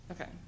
Okay